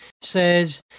says